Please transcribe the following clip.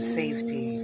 safety